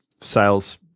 sales